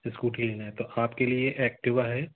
scooty लेना है तो आपके लिए एक्टिवा है